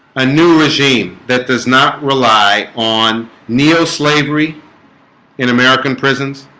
a new regime that does not rely on neo slavery in american prisons